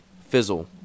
fizzle